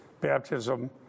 baptism